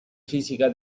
fisica